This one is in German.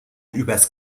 übers